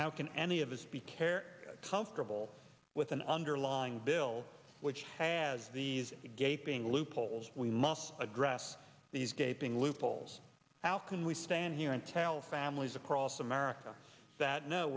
how can any of us be care comfortable with an underlying bill which has these gaping loopholes we must address these gaping loopholes how can we stand here and tell families across america that no